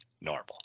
normal